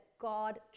God